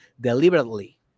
deliberately